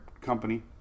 company